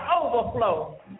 overflow